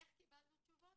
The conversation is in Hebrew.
איך קיבלנו תשובות?